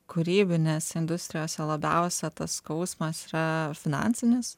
kūrybinės industrijose labiausia tas skausmas yra finansinis